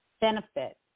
benefit